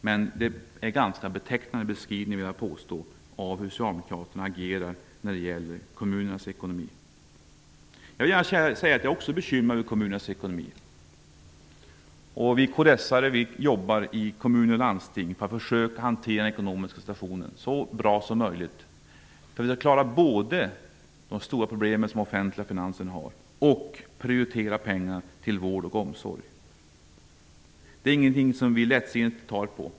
Men det är en betecknande beskrivning av hur Socialdemokraterna agerar när det gäller kommunernas ekonomi. Jag är också bekymrad över kommunernas ekonomi. Vi kds:are jobbar i kommuner och landsting på att försöka hantera den ekonomiska situationen så bra som möjligt, dvs. klara både de stora problemen med de offentliga finanserna och prioritera pengar till vård och omsorg. Vi ser inte lättsinnigt på detta.